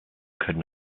could